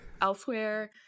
elsewhere